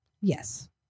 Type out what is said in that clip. Yes